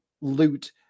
loot